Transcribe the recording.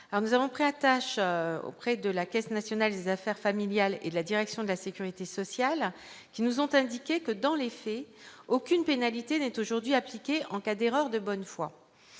J'ai pris l'attache de la Caisse nationale des allocations familiales et de la direction de la sécurité sociale, qui m'ont indiqué que, dans les faits, aucune pénalité n'est aujourd'hui appliquée en cas d'erreur de bonne foi.